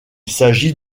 s’agit